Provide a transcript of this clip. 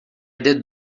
did